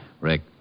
Rick